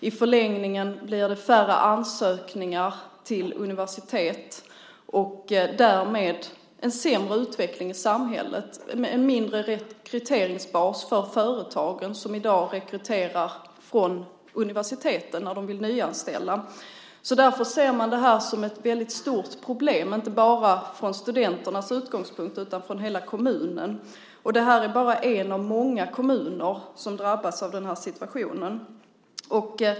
I förlängningen blir det färre ansökningar till universitetet och därmed en sämre utveckling i samhället, en mindre rekryteringsbas för företag som i dag rekryterar från universiteten när de vill nyanställa. Därför ser man det här som ett väldigt stort problem, inte bara från studenternas utgångspunkt utan från hela kommunen. Det här är bara en av många kommuner som drabbas av den här situationen.